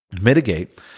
mitigate